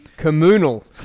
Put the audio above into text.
Communal